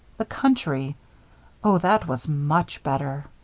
the country oh, that was much better.